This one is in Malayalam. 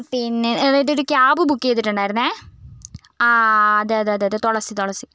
പിന്നെ അതായത് ഒരു ക്യാബ് ബുക്ക് ചെയ്തിട്ടുണ്ടായിരുന്നു ആ അതേ അതേ അതേ തുളസി തുളസി